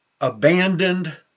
abandoned